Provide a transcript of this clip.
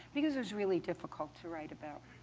because it was really difficult to write about.